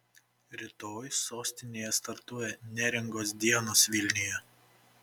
rytoj sostinėje startuoja neringos dienos vilniuje